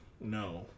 no